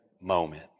moment